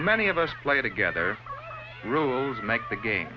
many of us play together rules make the game